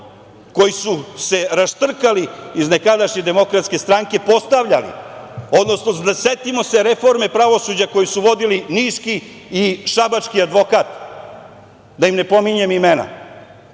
koji su se raštrkali iz nekadašnje DS, postavljali, odnosno setimo se reforme pravosuđa koju su vodili niški i šabački advokat, da im ne pominjem imena. Oni